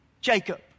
Jacob